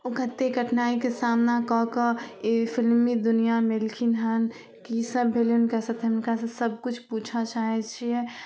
ओ कतेक कठिनाइके सामना कऽ कऽ ई फिलमी दुनिआमे अएलखिन हन कि सब भेलनि हुनका साथे हुनकासँ सबकिछु पुछऽ चाहै छिए